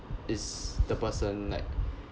is the person like